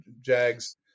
Jags